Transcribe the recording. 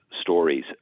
stories